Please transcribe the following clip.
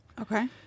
Okay